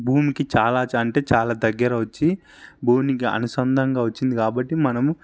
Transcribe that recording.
భూమికి చాలా అంటే చాలా దగ్గర వచ్చి భూమికి అనుసంధానంగా వచ్చింది కాబట్టి మనము